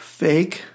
fake